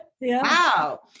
Wow